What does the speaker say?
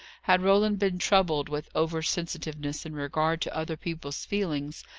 had roland been troubled with over-sensitiveness in regard to other people's feelings,